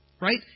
Right